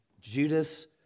Judas